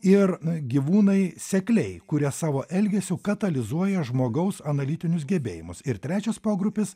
ir gyvūnai sekliai kurie savo elgesiu katalizuoja žmogaus analitinius gebėjimus ir trečias pogrupis